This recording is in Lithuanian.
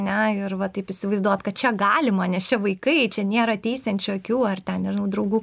ne ir va taip įsivaizduot kad čia galima nes čia vaikai čia nėra teisiančių akių ar ten nežinau draugų